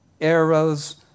arrows